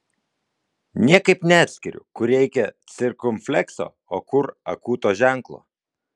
niekaip neatskiriu kur reikia cirkumflekso o kur akūto ženklo